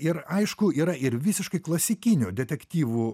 ir aišku yra ir visiškai klasikinių detektyvų